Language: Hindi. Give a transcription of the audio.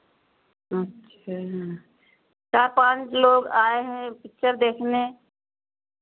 अच्छा चार पाँच लोग आए हैं पिक्चर देखने